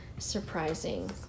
surprising